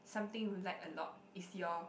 something like a lot is your